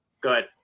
Good